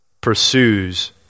pursues